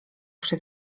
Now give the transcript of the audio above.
przy